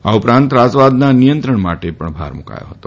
આ ઉપરાંત ત્રાસવાદના નિયંત્રણ માટે પણ ભાર મૂકાયો હતો